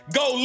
go